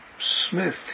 Smith